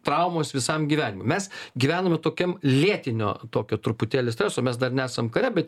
traumos visam gyvenimui mes gyvename tokiam lėtinio tokio truputėlį streso mes dar nesam kare bet